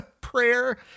prayer